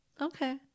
Okay